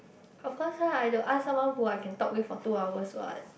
of course lah I have to ask someone who I can talk with for two hours [what]